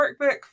workbook